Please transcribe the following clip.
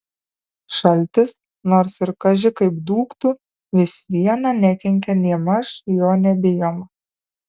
šaltis nors ir kaži kaip dūktų vis viena nekenkia nėmaž jo nebijoma